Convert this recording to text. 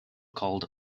called